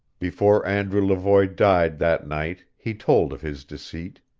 before andrew levoy died that night he told of his deceit.